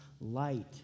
light